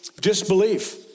disbelief